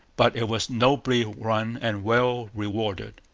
but it was nobly run and well rewarded.